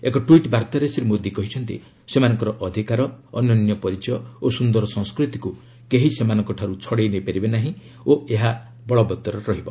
ଏକ ଟ୍ୱିଟ୍ ବାର୍ଭାରେ ଶ୍ରୀ ମୋଦି କହିଛନ୍ତି ସେମାନଙ୍କର ଅଧିକାର ଅନନ୍ୟ ପରିଚୟ ଓ ସୁନ୍ଦର ସଂସ୍କୃତିକୁ କେହି ସେମାନଙ୍କଠାରୁ ଛଡେଇ ନେଇପାରିବେ ନାହିଁ ଓ ଏହା ବଳବତ୍ତର ରହିବ